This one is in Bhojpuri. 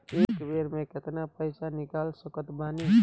एक बेर मे केतना पैसा निकाल सकत बानी?